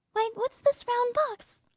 why, what's this round box?